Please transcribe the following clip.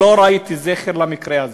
לא ראיתי זכר למקרה הזה.